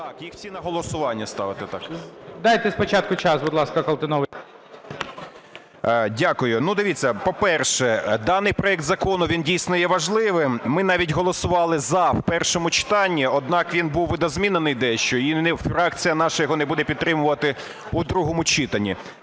Так, їх всі на голосування ставити. ГОЛОВУЮЧИЙ. Дайте спочатку час, будь ласка, Колтуновичу. КОЛТУНОВИЧ О.С. Дякую. Дивіться, по-перше, даний проект закону він дійсно є важливим. Ми навіть голосували "за" в першому читанні. Однак він був видозмінений дещо, і фракція наша його не буде підтримати у другому читанні.